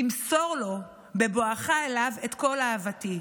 תמסור לו בבואך אליו את כל אהבתי.